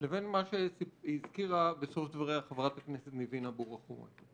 לבין מה שהזכירה בסוף דבריה חברת הכנסת ניבין אבו רחמון.